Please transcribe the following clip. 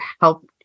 helped